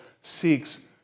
seeks